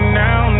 now